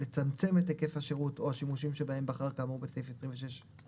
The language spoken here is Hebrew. לצמצם את היקף השירות או השימושים שבהם בחר כאמור בסעיף 26(א)(1),